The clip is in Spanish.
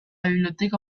biblioteca